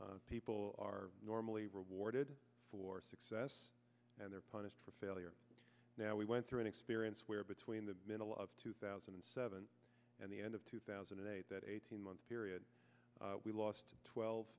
lose people are normally rewarded for success and they're punished for failure now we went through an experience where between the middle of two thousand and seven and the end of two thousand and eight that eighteen month period we lost twelve